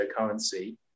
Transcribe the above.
cryptocurrency